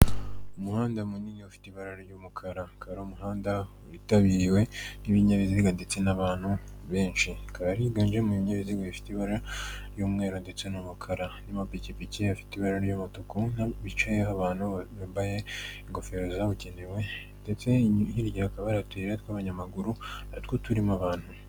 Umuhanda munini ufite ibara ry'umukara, ukaba ari umuhanda witabiriwe n'ibinyabiziga ndetse n'abantu benshi, hakaba higanjemo ibinyabiziga bifite ibara ry'umweru ndetse n'umukara n'amapikipiki afite ibara ry'umutuku, hicayeho abantu bambaye ingofero zabugenewe ndetse hirya hakaba hari utuyira tw'abanyamaguru na two turimo abantu.